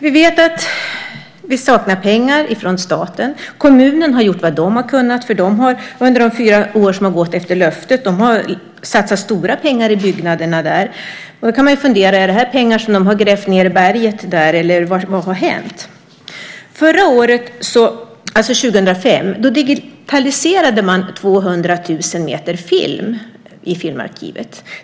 Vi vet att det saknas pengar från staten. Kommunen har gjort vad den har kunnat. Under de fyra år som har gått efter löftet har man satsat stora pengar i byggnaderna där. Man kan då fundera: Är det pengar som de har grävt ned i berget där, eller vad har hänt? Förra året, 2005, digitaliserade man 200 000 meter film i Filmarkivet.